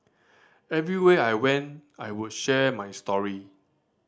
everywhere I went I would share my story